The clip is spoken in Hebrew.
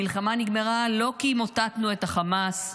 המלחמה נגמרה לא כי מוטטנו את החמאס,